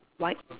white